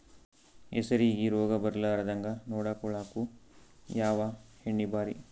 ಹೆಸರಿಗಿ ರೋಗ ಬರಲಾರದಂಗ ನೊಡಕೊಳುಕ ಯಾವ ಎಣ್ಣಿ ಭಾರಿ?